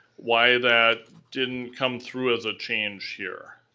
why that didn't come through as a change here.